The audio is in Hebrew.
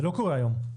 זה לא קורה היום.